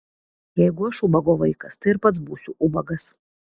jeigu aš ubago vaikas tai ir pats būsiu ubagas